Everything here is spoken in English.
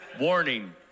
Warning